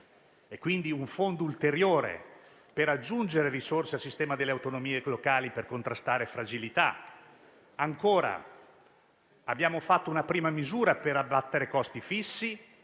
Occorre un fondo ulteriore per aggiungere risorse al sistema delle autonomie locali per contrastare le fragilità. Ancora, abbiamo introdotto una prima misura per abbattere i costi fissi,